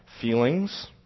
feelings